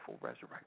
resurrection